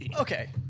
Okay